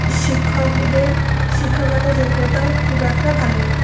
শিক্ষকদের শিক্ষাগত যোগ্যতাও খুব একটা ভালো নয়